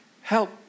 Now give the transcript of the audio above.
help